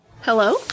Hello